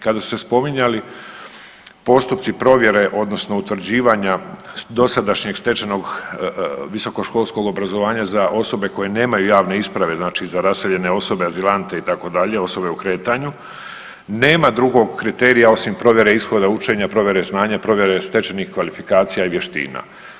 Kada ste spominjali postupci provjere odnosno utvrđivanja dosadašnjeg stečenog visokoškolskog obrazovanja za osobe koje nemaju javne isprave, znači za raseljene osobe, azilante itd., osobe u kretanju, nema drugog kriterija osim provjere ishoda učenja, provjere znanja, provjere stečenih kvalifikacija i vještina.